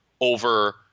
over